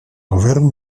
govern